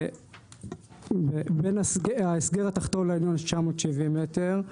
ובין ההסגר ובין ההסגר התחתון לעליון יש 970 מטר,